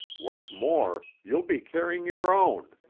what's more, you'll be carrying your own.